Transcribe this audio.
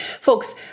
Folks